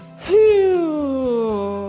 Phew